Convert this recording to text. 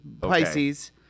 Pisces